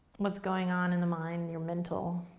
what's going on in the mind, your mental